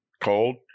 Cold